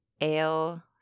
ale